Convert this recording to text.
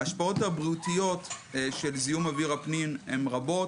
ההשפעות הבריאותיות של זיהום אוויר הפנים הן רבות,